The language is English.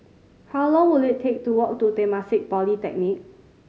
how long will it take to walk to Temasek Polytechnic